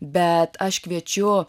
bet aš kviečiu